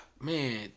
man